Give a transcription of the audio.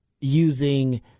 using